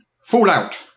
Fallout